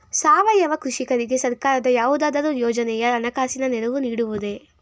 ಸಾವಯವ ಕೃಷಿಕರಿಗೆ ಸರ್ಕಾರದ ಯಾವುದಾದರು ಯೋಜನೆಯು ಹಣಕಾಸಿನ ನೆರವು ನೀಡುವುದೇ?